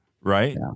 Right